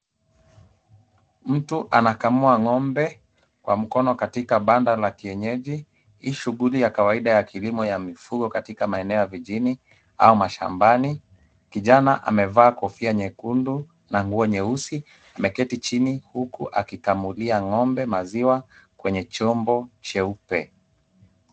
Mtu anakamua ng'ombe kwa mkono katika banda la kienyeji. Hii shughuli ya kawaida ya kilimo ya mifugo katika maeneo ya vijijini au mashambani. Kijana amevaa kofia nyekundu na nguo nyeusi ameketi chini huku akikamulia ng'ombe maziwa kwenye chombo cheupe.